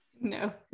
No